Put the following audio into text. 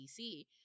dc